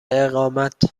اقامت